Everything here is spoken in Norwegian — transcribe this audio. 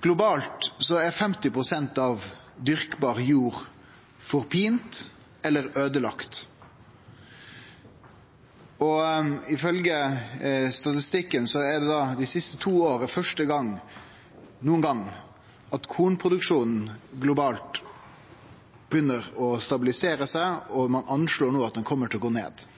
Globalt er 50 pst. av dyrkbar jord forpint eller øydelagd. Ifølgje statistikken har kornproduksjonen globalt dei siste to åra, for første gong, begynt å stabilisere seg, og ein anslår at